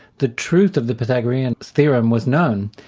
the truth of the pythagorean theorem was known,